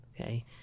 okay